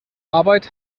arbeit